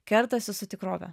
kertasi su tikrove